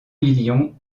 million